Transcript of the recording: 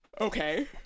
Okay